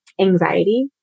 anxiety